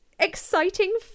exciting